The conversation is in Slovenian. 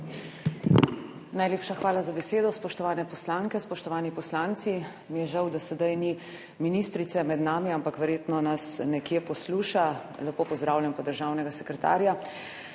Najlepša hvala za besedo. Spoštovane poslanke, spoštovani poslanci! Mi je žal, da sedaj ni ministrice med nami, ampak verjetno nas nekje posluša. Lepo pozdravljam pa državnega sekretarja.